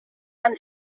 and